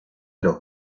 los